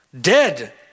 Dead